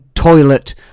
Toilet